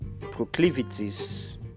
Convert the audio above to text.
proclivities